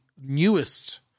newest